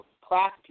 class